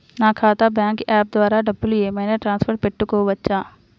నా ఖాతా bank app ద్వారా డబ్బులు ఏమైనా ట్రాన్స్ఫర్ పెట్టుకోవచ్చా?